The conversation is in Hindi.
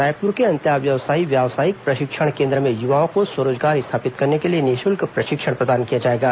रायपुर के अंत्यावसायी व्यावसायिक प्रशिक्षण केन्द्र में युवाओं को स्व रोजगार स्थापित करने के लिए निःशुल्क प्रशिक्षण प्रदान किया जाएगा